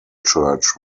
church